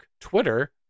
Twitter